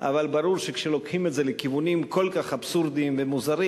אבל ברור שכשלוקחים את זה לכיוונים כל כך אבסורדיים ומוזרים,